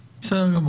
וכו'.